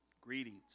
greetings